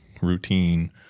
routine